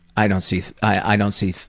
i don't see i don't see